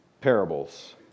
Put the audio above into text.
parables